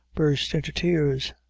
burst into tears.